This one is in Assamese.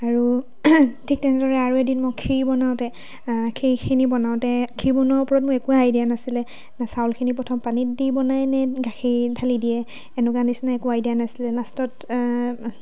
আৰু ঠিক তেনেদৰে আৰু এদিন মই খীৰ বনাওঁতে খীৰখিনি বনাওঁতে খীৰ বনোৱাৰ ওপৰত মোৰ একো আইডিয়া নাছিলে না চাউলখিনি প্ৰথম পানীত দি বনাই নে গাখীৰ ধালি দিয়ে এনেকুৱা নিচিনা একো আইডিয়া নাছিলে আৰু নাছিলে লাষ্টত